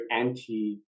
anti